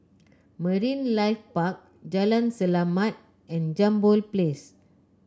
Marine Life Park Jalan Selamat and Jambol Place